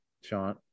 Sean